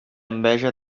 enveja